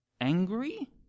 angry